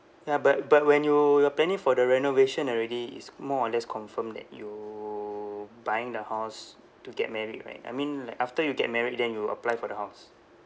ya but but when you you're planning for the renovation already it's more or less confirmed that you buying the house to get married right I mean like after you get married then you apply for the house